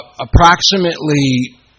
approximately